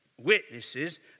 witnesses